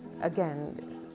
Again